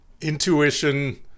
intuition